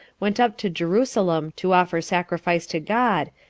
went up to jerusalem to offer sacrifice to god,